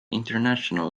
international